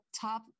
top